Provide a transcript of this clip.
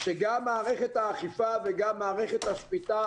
זה שגם מערכת האכיפה וגם מערכת השפיטה,